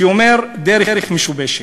שאומר: דרך משובשת.